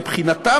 "מבחינתם,